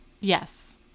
Yes